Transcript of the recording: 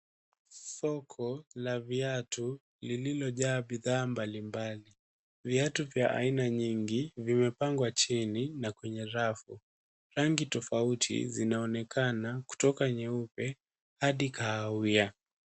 Soko la viatu lililojaa bidhaa mbali mbali. Viatu vya aina nyingi vimepangwa chini na kwenye rafu. Rangi tofauti zinaonekana kutoka nyeupe Hadi kahawia